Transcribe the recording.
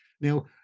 Now